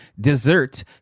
Dessert